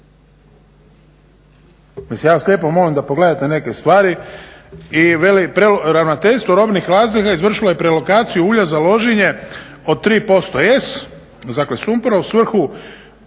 Mislim ja vas lijepo molim da pogledate neke stvari. I veli Ravnateljstvo robnih zaliha izvršilo je prealokaciju ulja za loženje od 3% S dakle sumpora u svrhu